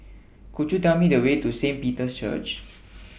Could YOU Tell Me The Way to Saint Peter's Church